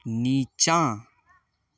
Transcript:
नीचाँ